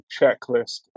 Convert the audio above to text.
checklist